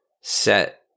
set